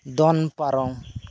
ᱫᱚᱱ ᱯᱟᱨᱚᱢ